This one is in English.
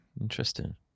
interesting